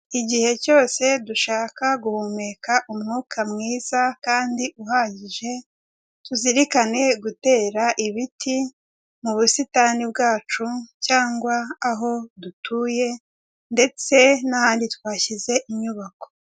Igihe cyose dushaka guhumeka umwuka mwiza kandi uhagije, tuzirikane gutera ibiti mu busitani bwacu cyangwa aho dutuye ndetse n'ahandi twashyize inyubako.